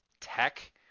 tech